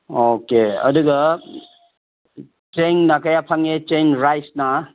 okay ꯑꯗꯨꯒ ꯆꯦꯡꯅ ꯀꯌꯥ ꯐꯪꯉꯦ ꯆꯦꯡ ꯔꯥꯏꯁꯅ